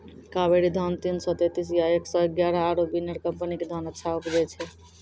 कावेरी धान तीन सौ तेंतीस या एक सौ एगारह आरु बिनर कम्पनी के धान अच्छा उपजै छै?